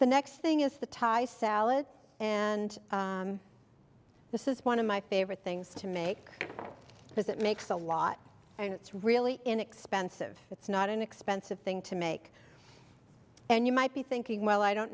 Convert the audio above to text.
the next thing is the thai salad and this is one of my favorite things to make because it makes a lot and it's really inexpensive it's not an expensive thing to make and you might be thinking well i don't